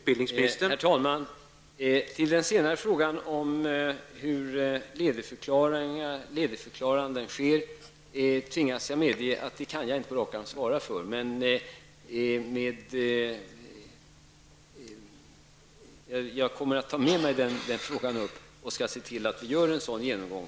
Herr talman! När det gäller den senare frågan om hur ledigförklaranden sker, tvingas jag medge att jag inte kan svara på rak arm, men jag kommer att ha den frågan i åtanke och se till att vi gör en sådan genomgång.